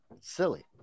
Silly